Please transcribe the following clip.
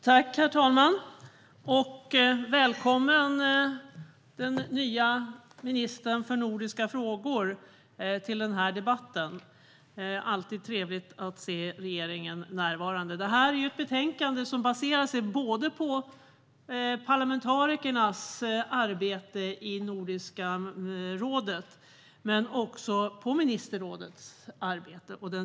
Herr talman! Välkommen till den här debatten, nya ministern för nordiska frågor! Det är alltid trevligt att se någon från regeringen närvara. Det här är ett betänkande som är baserat på parlamentarikernas arbete i Nordiska rådet men också på ministerrådets arbete.